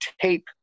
tape